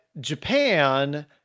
Japan